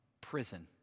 Prison